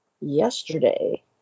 yesterday